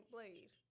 Blade